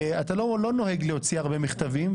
אתה לא נוהג להוציא הרבה מכתבים,